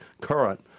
current